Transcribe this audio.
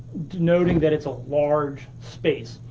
denoting that it's ah large space.